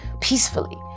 peacefully